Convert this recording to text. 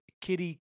Kitty